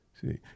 See